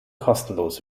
kostenlos